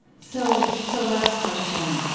so so last question.